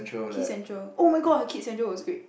KidsCentral oh-my-god KidsCentral was great